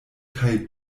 kaj